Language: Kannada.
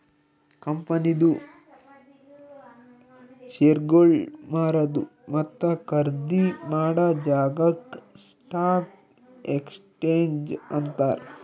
ಕಂಪನಿದು ಶೇರ್ಗೊಳ್ ಮಾರದು ಮತ್ತ ಖರ್ದಿ ಮಾಡಾ ಜಾಗಾಕ್ ಸ್ಟಾಕ್ ಎಕ್ಸ್ಚೇಂಜ್ ಅಂತಾರ್